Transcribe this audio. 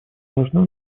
важна